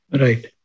Right